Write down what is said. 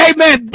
Amen